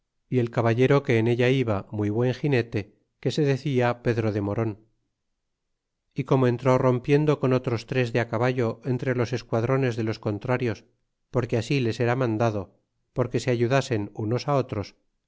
y el caballero que en ella iba muy buen ginete que se decia pedro de moron y como entró rompiendo con otroa tres de caballo entre los esquadrones de los contrarios porque asi les era mandado porque se ayudasen unos otros